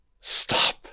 Stop